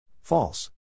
False